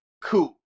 cool